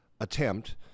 attempt